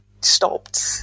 stopped